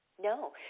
No